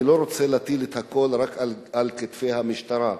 אני לא רוצה להטיל הכול על כתפי המשטרה,